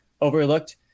overlooked